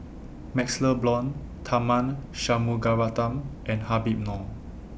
MaxLe Blond Tharman Shanmugaratnam and Habib Noh